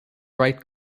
write